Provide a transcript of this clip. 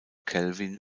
kelvin